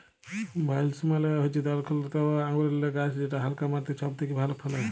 ভাইলস মালে হচ্যে দরখলতা বা আঙুরেল্লে গাহাচ যেট হালকা মাটিতে ছব থ্যাকে ভালো ফলে